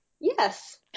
Yes